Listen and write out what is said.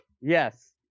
Yes